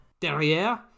derrière